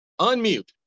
unmute